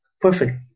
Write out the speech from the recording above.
perfect